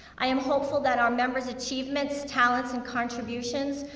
i am hopeful that our members' achievements, talents and contributions,